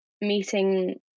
meeting